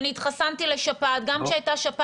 להתחסן נגד שפעת,